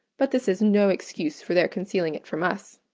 but this is no excuse for their concealing it from us.